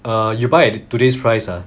err you buy at today's price ah